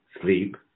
sleep